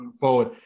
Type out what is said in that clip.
forward